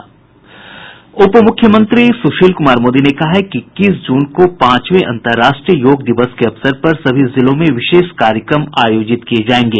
उप मुख्यमंत्री सुशील कुमार मोदी ने कहा है कि इक्कीस जून को पांचवें अंतर्राष्ट्रीय योग दिवस के अवसर पर सभी जिलों में विशेष कार्यक्रम आयोजित किये जायेंगे